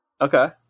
okay